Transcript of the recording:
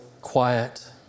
quiet